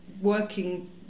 working